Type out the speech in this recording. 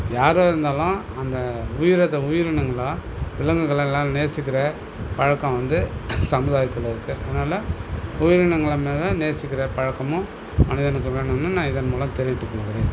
யாராக இருந்தாலும் அந்த உயிரை உயிரினங்களாக விலங்குகளை எல்லாம் நேசிக்கிற பழக்கம் வந்து சமுதாயத்தில் இருக்குது அதனால உயிரினங்களை முதல் நேசிக்கிற பழக்கமும் மனிதனுக்கு வேணும்னு நான் இதன் மூலம் தெரிவித்துக்கொள்கிறேன்